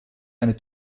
eine